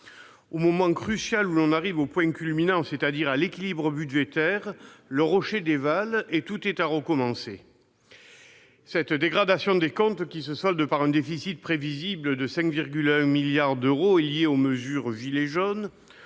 au moment crucial où l'on arrive au point culminant, c'est-à-dire à l'équilibre budgétaire, le rocher dévale et tout est à recommencer ... Cette dégradation des comptes, qui se solde par un déficit prévisible de 5,1 milliards d'euros, est liée aux mesures « gilets jaunes